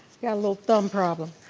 got a little thumb problem.